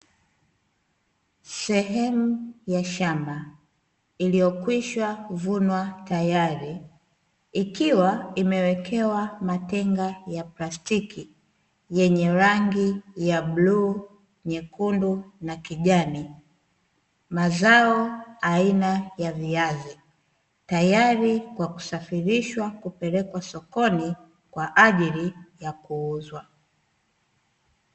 Sehemu ya shamba iliyokwisha kuvunwa tayari ikiwa imewekewa matenga ya plastiki yenye rangi ya bluu, nyekundu na kijani. Mazao aina ya viazi tayari kwa kusafirishwa kupelekwa sokoni kwa ajili ya kuuzwa.